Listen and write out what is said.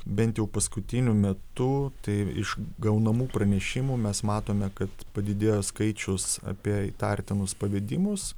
bent jau paskutiniu metu tai iš gaunamų pranešimų mes matome kad padidėjo skaičius apie įtartinus pavedimus